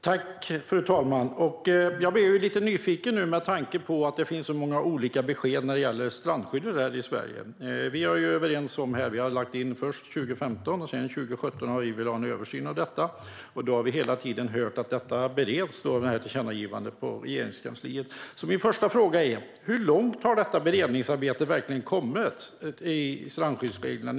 Fru talman! Jag blev lite nyfiken nu med tanke på att det finns så många olika besked om strandskyddet i Sverige. Vi har först 2015 och sedan 2017 lagt ett förslag om att vi vill ha en översyn av detta. Då har vi hela tiden hört att tillkännagivandet bereds på Regeringskansliet. Min första fråga är: Hur långt har detta beredningsarbete av strandskyddsreglerna verkligen kommit?